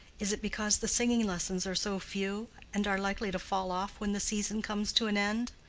is it because the singing lessons are so few, and are likely to fall off when the season comes to an end?